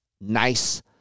nice